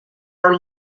are